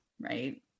Right